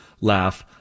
laugh